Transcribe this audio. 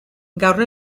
gaur